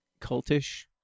cultish